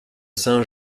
saint